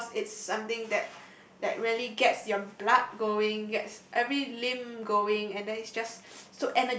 because it's something that that really gets your blood going gets every limb going and then it just